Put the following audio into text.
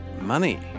money